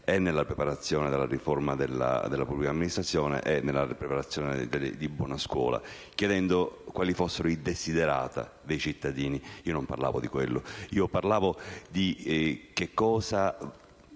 nella preparazione della riforma della pubblica amministrazione, sia nella preparazione di "buona scuola", chiedendo quali fossero i *desiderata* dei cittadini. Io non parlavo di quello, ma di cosa